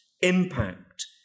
impact